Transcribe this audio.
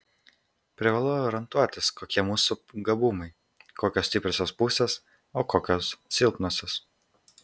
privalau orientuotis kokie mūsų gabumai kokios stipriosios pusės o kokios silpnosios